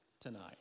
tonight